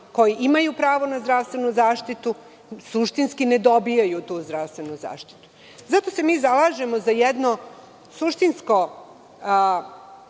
koji imaju pravo na zdravstvenu zaštitu suštinski ne dobijaju tu zdravstvenu zaštitu. Zato se mi zalažemo za jednu suštinsku